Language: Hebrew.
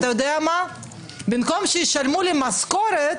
ובמקום שישלמו לי משכורת,